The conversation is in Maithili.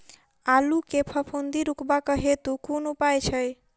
आलु मे फफूंदी रुकबाक हेतु कुन उपाय छै?